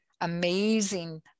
amazing